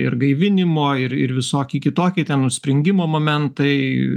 ir gaivinimo ir ir visoki kitoki ten užspringimo momentai